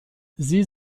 sie